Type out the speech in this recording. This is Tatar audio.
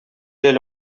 әле